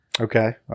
Okay